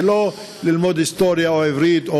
זה לא ללמוד היסטוריה או עברית,